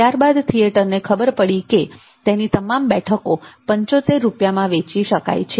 યીલ્ડઉપજ વાસ્તવિક આવક સંભવિત આવક યીલ્ડઉપજ 100200 40 250200 ત્યારબાદ થિયેટરને ખબર પડી કે તેની તમામ બેઠકો 75 રૂપિયામાં વેચી શકાય છે